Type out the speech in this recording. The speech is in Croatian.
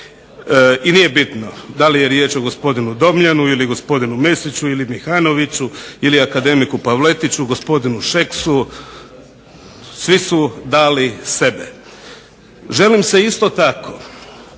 I nije bitno da li je riječ o gospodinu Domjanu ili gospodinu Mesiću ili Mihanoviću ili akademiku Pavletiću, gospodinu Šeksu, svi su dali sebe. Želim se isto tako